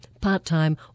part-time